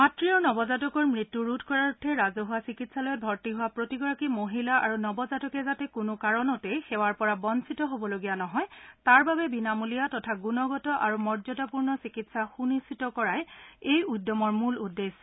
মাতৃ আৰু নৱজাতকৰ মৃত্যু ৰোধ কৰাৰ অৰ্থে ৰাজহুৱা চিকিৎসালয়ত ভৰ্তি হোৱা প্ৰতিগৰাকী মহিলা আৰু নৱজাতকে যাতে কোনো কাৰণতে সেৱাৰ পৰা বঞ্চিত হ'বলগীয়া নহয় তাৰ বাবে বিনামূলীয়া তথা গুণগত আৰু মৰ্যদাপূৰ্ণ চিকিৎসা নিশ্চিত কৰাই এই উদ্যমৰ মূল উদ্দেশ্য